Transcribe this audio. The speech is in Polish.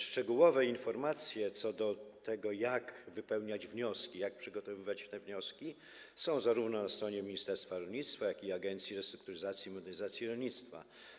Szczegółowe informacje co do tego, jak wypełniać wnioski, jak przygotowywać wnioski, są na stronie zarówno ministerstwa rolnictwa, jak i Agencji Restrukturyzacji i Modernizacji Rolnictwa.